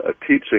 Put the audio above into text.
teaching